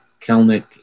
Kelnick